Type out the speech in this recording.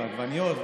העגבניות,